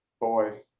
Boy